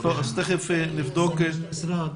תיכף נבדוק אתם.